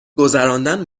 گذراندن